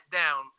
down